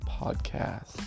podcast